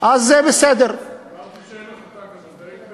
אמרתי שאין החלטה כזאת.